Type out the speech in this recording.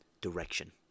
direction